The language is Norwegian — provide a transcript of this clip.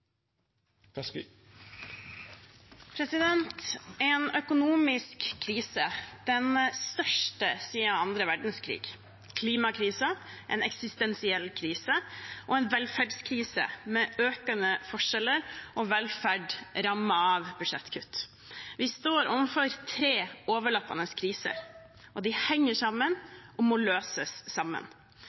en velferdskrise med økende forskjeller og velferd rammet av budsjettkutt. Vi står overfor tre overlappende kriser. De henger sammen og må løses sammen.